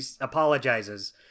apologizes